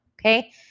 okay